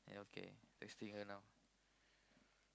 yeah okay texting her now